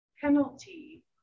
penalty